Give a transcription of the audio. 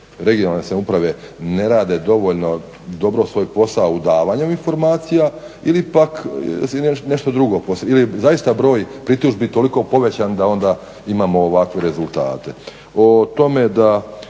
regionalne samouprave ne rade dovoljno dobro svoj posao u davanju informacija ili pak je nešto drugo. Ili je zaista broj pritužbi toliko povećan da onda imamo ovakve rezultate.